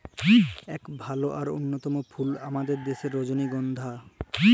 ইক ভাল আর অল্যতম ফুল আমাদের দ্যাশের রজলিগল্ধা